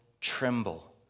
tremble